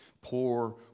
Poor